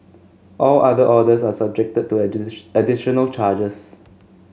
all other orders are subjected to additional charges